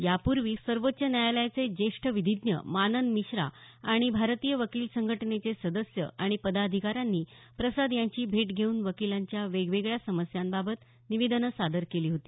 यापूर्वी सर्वोच्च न्यायालयाचे ज्येष्ठ विधिज्ञ मानन मिश्रा आणि भारतीय वकील संघटनेचे सदस्य आणि पदाधिकाऱ्यांनी प्रसाद यांची भेट घेऊन वकिलांच्या वेगवेगळ्या समस्यांबाबत निवेदनं सादर केली होती